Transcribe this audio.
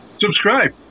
subscribe